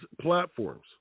platforms